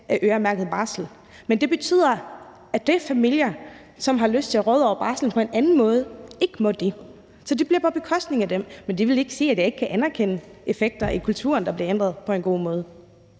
af øremærket barsel. Men det betyder, at den familie, som har lyst til at råde over barslen på en anden måde, ikke må det. Så det bliver på bekostning af den familie. Men det vil ikke sige, at jeg ikke kan anerkende effekter i kulturen, hvor det bliver ændret på en god måde.